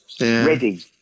ready